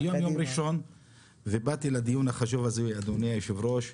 היום יום ראשון ובאתי לדיון החשוב הזה אדוני היושב ראש,